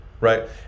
right